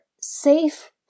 safe